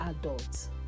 adults